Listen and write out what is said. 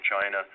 China